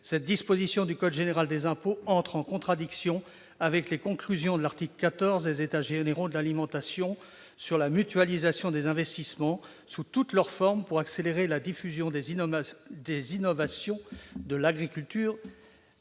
cette disposition du code général des impôts entre en contradiction avec les conclusions de l'article 14 des États généraux de l'alimentation, qui préconisent la mutualisation des investissements sous toutes leurs formes pour accélérer la diffusion des innovations de l'agriculture